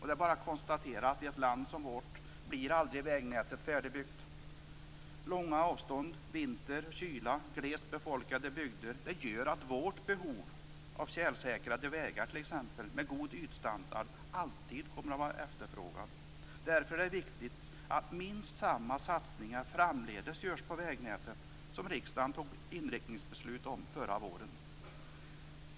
Det är bara att konstatera att i ett land som vårt blir vägnätet aldrig färdigbyggt. Långa avstånd, vinter, kyla och glest befolkade bygder gör att t.ex. tjälsäkrade vägar med god ytstandard alltid kommer att vara efterfrågade. Därför är det viktigt att minst de satsningar görs på vägnätet framdeles som riksdagen fattade inriktningsbeslut om förra våren.